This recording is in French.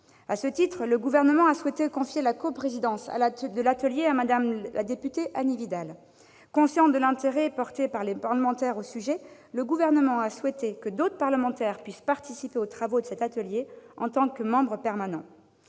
À ce titre, le Gouvernement a souhaité confier la coprésidence de l'atelier à Mme la députée Annie Vidal. Conscient de l'intérêt porté par les parlementaires au sujet, le Gouvernement a souhaité que d'autres parlementaires puissent participer aux travaux de cet atelier en tant que membres permanents.